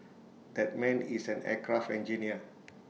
that man is an aircraft engineer